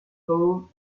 tore